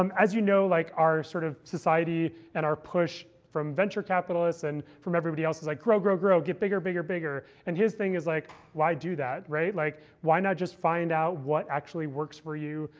um as you know, like our sort of society and our push from venture capitalists and from everybody else is like grow, grow, grow, get bigger, bigger, bigger. and his thing is, like why do that? like why not just find out what actually works for you,